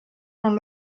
non